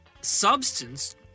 substance